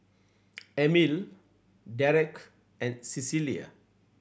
Emil Dereck and Cecilia